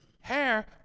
Hair